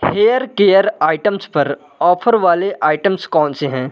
hair care items पर offer वाले items कौनसे हैं